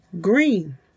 green